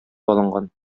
алынган